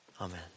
Amen